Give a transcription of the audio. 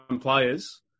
players